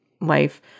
life